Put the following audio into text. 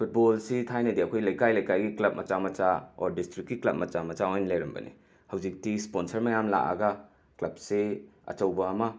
ꯐꯨꯠꯕꯣꯜꯁꯤ ꯊꯥꯏꯅꯗꯤ ꯑꯩꯈꯣꯏ ꯂꯩꯀꯥꯏ ꯂꯩꯀꯥꯏꯒꯤ ꯀ꯭ꯂꯕ ꯃꯆꯥ ꯃꯆꯥ ꯑꯣꯔ ꯗꯤꯁꯇ꯭ꯔꯤꯛꯀꯤ ꯀ꯭ꯂꯕ ꯃꯆꯥ ꯃꯆꯥ ꯑꯣꯏꯅ ꯂꯩꯔꯝꯕꯅꯤ ꯍꯧꯖꯤꯛꯇꯤ ꯁ꯭ꯄꯣꯟꯁꯔ ꯃꯌꯥꯝ ꯂꯥꯛꯑꯒ ꯀ꯭ꯂꯕꯁꯤ ꯑꯆꯧꯕ ꯑꯃ